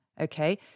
okay